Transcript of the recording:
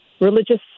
religious